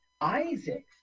Isaac